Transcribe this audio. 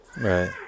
Right